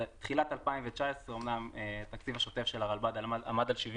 בתחילת 2019 אמנם התקציב השוטף של הרלב"ד עמד על 76